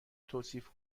توصیف